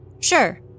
Sure